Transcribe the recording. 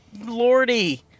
lordy